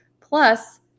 Plus